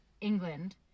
England